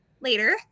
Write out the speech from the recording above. later